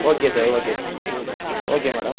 okay sir okay sir okay madam